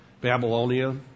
Babylonia